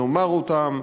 נאמר אותם,